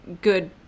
good